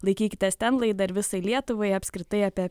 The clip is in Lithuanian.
laikykitės ten laidą ir visai lietuvai apskritai apie